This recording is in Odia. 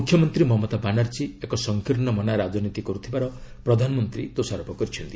ମୁଖ୍ୟମନ୍ତ୍ରୀ ମମତା ବାନାର୍ଜୀ ଏକ ସଂକୀର୍ଷମନା ରାଜନୀତି କରୁଥିବାର ପ୍ରଧାନମନ୍ତ୍ରୀ ଦୋଷାରୋପ କରିଛନ୍ତି